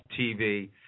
TV